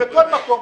לכל מקום,